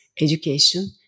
education